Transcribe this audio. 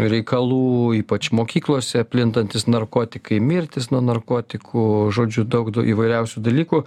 reikalų ypač mokyklose plintantys narkotikai mirtys nuo narkotikų žodžiu daug d įvairiausių dalykų